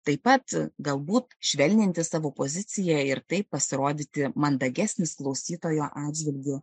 taip pat galbūt švelninti savo poziciją ir taip pasirodyti mandagesnis klausytojo atžvilgiu